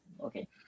Okay